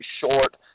short